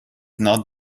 not